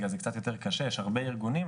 אז יש להם 100% הלוואה עומדת לטובת הרכישה,